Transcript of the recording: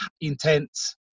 intense